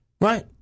right